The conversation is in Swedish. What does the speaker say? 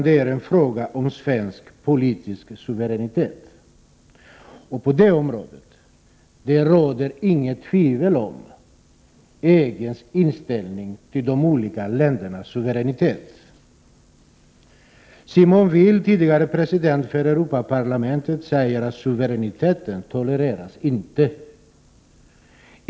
Det är en fråga om svensk politisk suveränitet. Det råder inget tvivel om EG:s inställning till de olika ländernas suveränitet. Simone Veil, tidigare president för Europaparlamentet, säger att suveräniteten inte tolereras.